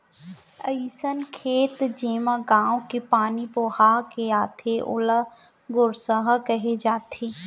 अइसन खेत जेमा गॉंव के पानी बोहा के आथे ओला गोरसहा कहे जाथे